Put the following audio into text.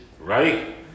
right